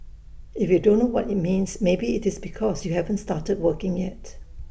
if you don't know what IT means maybe IT is because you haven't started working yet